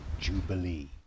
Jubilee